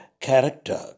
character